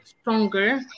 stronger